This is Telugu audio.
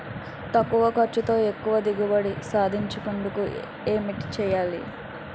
తక్కువ ఖర్చుతో ఎక్కువ దిగుబడి సాధించేందుకు ఏంటి చేయాలి?